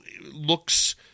looks